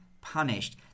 punished